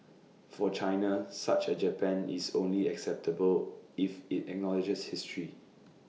for China such A Japan is only acceptable if IT acknowledges history